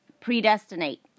Predestinate